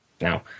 now